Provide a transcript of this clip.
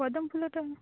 ପଦ୍ମଫୁଲଟା